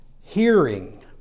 hearing